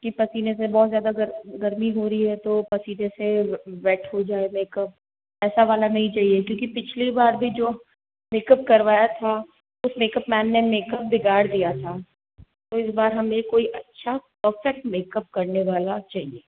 के पसिने से बहुत ज़्यादा गर्मी गर्मी हो रही है तो पसिने से वेट हो जाये मेकअप ऐसा वाला नहीं चाहिए क्योंकि पिछली बार भी जो मेकअप करवाया था उस मेकअप मैन ने मेकअप बिगाड़ दिया था तो इस बार हमें कोई अच्छा परफेक्ट मेकअप करने वाला चाहिए